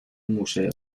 museo